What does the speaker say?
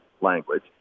language